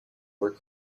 work